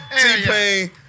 T-Pain